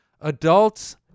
Adults